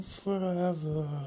forever